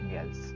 else